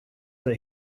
that